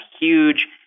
huge